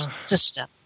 system